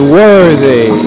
worthy